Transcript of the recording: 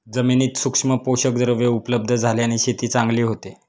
जमिनीत सूक्ष्म पोषकद्रव्ये उपलब्ध झाल्याने शेती चांगली होते